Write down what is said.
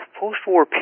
post-war